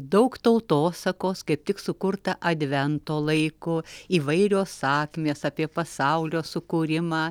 daug tautosakos kaip tik sukurta advento laiku įvairios sakmės apie pasaulio sukūrimą